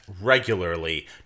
regularly